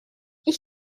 ich